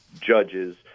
judges